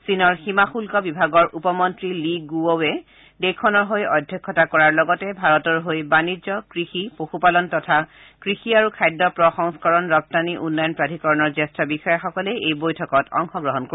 চীনৰ সীমা শুল্ক বিভাগৰ উপ মন্ত্ৰী লী গুৱ'ৱে দেশখনৰ হৈ অধ্যক্ষতা কৰাৰ লগতে ভাৰতৰ হৈ বাণিজ্য কৃষি পশুপালন তথা কৃষি আৰু খাদ্য প্ৰ সংস্কৰণ ৰপ্তানি উন্নয়ন প্ৰাধিকৰণৰ জ্যেষ্ঠ বিষয়াসকলে বৈঠকত অংশগ্ৰহণ কৰিব